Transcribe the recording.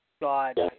God